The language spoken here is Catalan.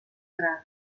grans